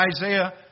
Isaiah